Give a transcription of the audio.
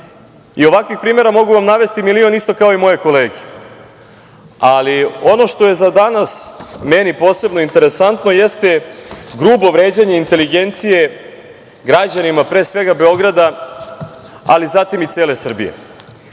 Ovakvih primera mogu vam navesti milion, isto kao i moje kolege. Ali, ono što je za danas meni posebno interesantno jeste grubo vređanje inteligencije građanima, pre svega Beograda, ali zatim i cele Srbije. Naime,